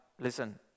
listen